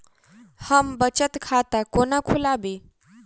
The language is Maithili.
हम बचत खाता कोना खोलाबी?